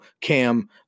Cam